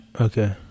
Okay